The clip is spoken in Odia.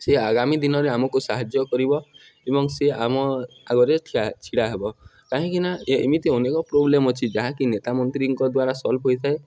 ସେ ଆଗାମୀ ଦିନରେ ଆମକୁ ସାହାଯ୍ୟ କରିବ ଏବଂ ସେ ଆମ ଆଗରେ ଛିଡ଼ା ହେବ କାହିଁକି ନା ଏମିତି ଅନେକ ପ୍ରୋବ୍ଲେମ ଅଛି ଯାହାକି ନେତା ମନ୍ତ୍ରୀଙ୍କ ଦ୍ୱାରା ସଲ୍ଭ ହୋଇଥାଏ